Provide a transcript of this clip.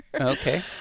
Okay